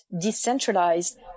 decentralized